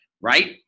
right